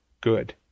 good